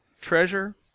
treasure